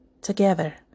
together